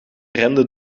renden